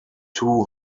two